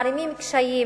מערימים קשיים